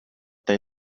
they